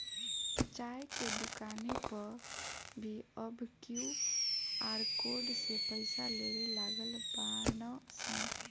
चाय के दुकानी पअ भी अब क्यू.आर कोड से पईसा लेवे लागल बानअ सन